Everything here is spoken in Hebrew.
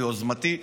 ביוזמתי,